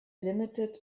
limited